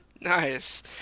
Nice